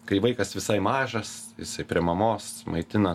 kai vaikas visai mažas jisai prie mamos maitina